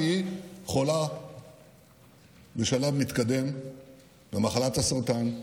כי היא חולה בשלב מתקדם במחלת הסרטן.